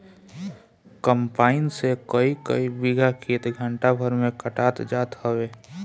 combine से कईकई बीघा खेत घंटा भर में कटात जात हवे